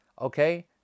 okay